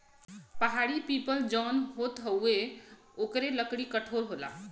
पहाड़ी पीपल जौन होत हउवे ओकरो लकड़ी कठोर होला